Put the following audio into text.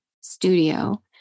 studio